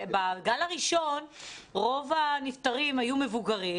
בגל הראשון רוב הנפטרים היו מבוגרים